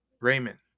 Raymond